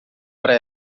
para